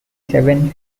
seven